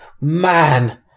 man